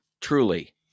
truly